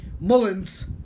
Mullins